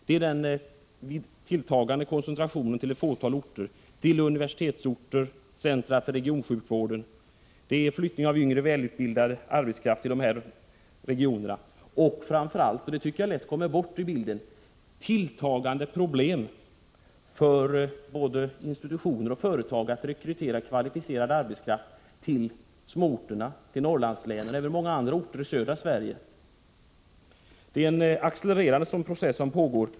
Det är den tilltagande koncentrationen till ett fåtal orter, till universitetsorter och centra för regionalsjukvård. Det är flyttning av yngre välutbildad arbetskraft till dessa regioner samt framför allt tilltagande problem för både institutioner och företag att rekrytera kvalificerad arbetskraft till små orter, till Norrlands län och många orter i södra Sverige. Detta tycker jag lätt glöms bort i diskussionen. Det är en accelererande process som pågår.